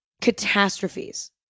catastrophes